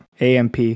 AMP